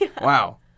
Wow